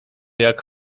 jak